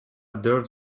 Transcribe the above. dirt